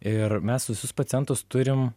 ir mes visus pacientus turim